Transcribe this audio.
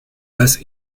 less